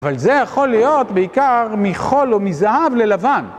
אבל זה יכול להיות בעיקר מחול או מזהב ללבן.